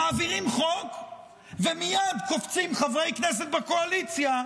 מעבירים חוק ומייד קופצים חברי כנסת בקואליציה,